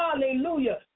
hallelujah